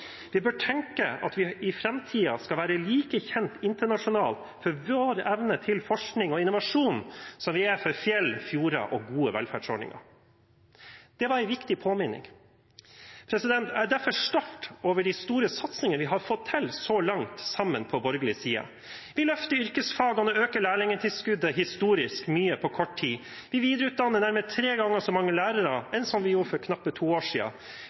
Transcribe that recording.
«Vi bør tenke at vi i fremtiden skal være like kjent internasjonalt for vår evne til forskning og innovasjon, som vi er for fjell, fjorder og gode velferdsordninger.» Det var en viktig påminning. Jeg er derfor stolt over de store satsingene vi har fått til så langt sammen på borgerlig side. Vi løfter yrkesfagene og øker lærlingtilskuddet historisk mye på kort tid. Vi videreutdanner nærmere tre ganger så mange lærere som vi gjorde for knappe to år